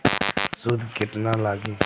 सूद केतना लागी?